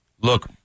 look –